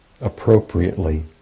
appropriately